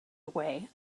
away